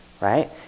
Right